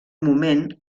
moment